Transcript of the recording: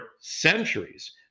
centuries